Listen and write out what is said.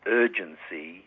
urgency